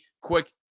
Quick